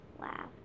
laugh